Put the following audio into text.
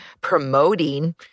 promoting